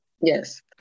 Yes